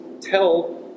tell